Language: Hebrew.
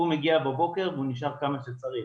הוא מגיע בבוקר והוא נשאר כמה זמן שצריך.